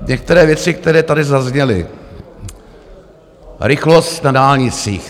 Některé věci, které tady zazněly: rychlost na dálnicích.